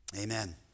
amen